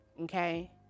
okay